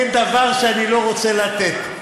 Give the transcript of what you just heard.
אין דבר שאני לא רוצה לתת.